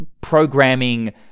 programming